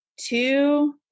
two